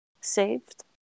saved